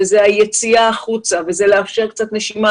זאת היציאה החוצה וזה לאפשר קצת נשימה